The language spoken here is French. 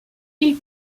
ils